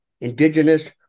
Indigenous